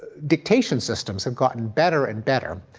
dictation systems have gotten better and better,